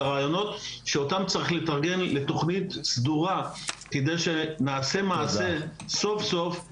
הרעיונות שאותם צריך לתרגם לתוכנית סדורה כדי שנעשה מעשה,